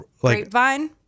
grapevine